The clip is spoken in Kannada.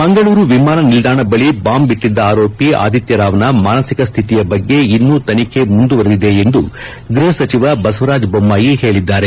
ಮಂಗಳೂರು ವಿಮಾನ ನಿಲ್ಲಾಣ ಬಳಿ ಬಾಂಬ್ ಇಟ್ಟಿದ್ದ ಆರೋಪಿ ಆದಿತ್ತ ರಾವ್ನ ಮಾನಸಿಕ ಸ್ವಿತಿಯ ಬಗ್ಗೆ ಇನ್ನೂ ತನಿಖೆ ಮುಂದುವರಿದಿದೆ ಎಂದು ಗ್ಬಹ ಸಚಿವ ಬಸವರಾಜ ಬೊಮ್ಯಾಯಿ ಹೇಳಿದ್ದಾರೆ